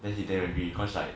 then he damn angry cause like